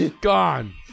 Gone